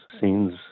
scenes